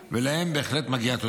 ולהם בהחלט מגיעה תודה.